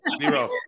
zero